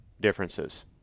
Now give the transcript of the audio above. differences